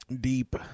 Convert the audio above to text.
deep